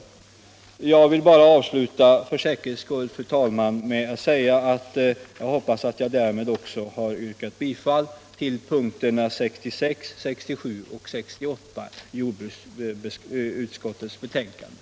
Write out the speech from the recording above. Sedan vill jag bara — för säkerhets skull, fru talman — avsluta mitt anförande med att påpeka att mina avslagsyrkanden innebär bifall till vad utskottet har hemställt vid punkterna 66, 67 och 68 i betänkandet.